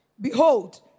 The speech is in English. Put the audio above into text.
Behold